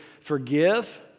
forgive